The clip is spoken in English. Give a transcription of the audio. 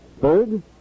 Third